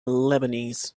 lebanese